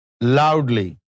loudly